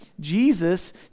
jesus